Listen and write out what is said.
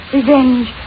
Revenge